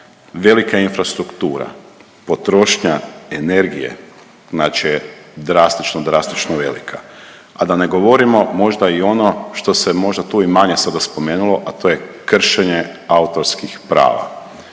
Velika infrastruktura, potrošnja energije … drastično, drastično velika, a da ne govorimo možda i ono što se možda tu i manje sada spomenulo, a to je kršenje autorskih prava,